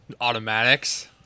automatics